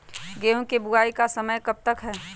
गेंहू की बुवाई का समय कब तक है?